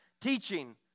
teaching